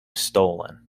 stolen